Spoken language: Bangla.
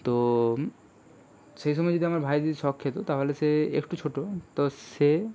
তো সেই সময় যদি আমার ভাই যদি শক খেতো তাহলে সে একটু ছোটো তো সে